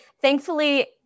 thankfully